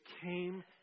came